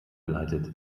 geleitet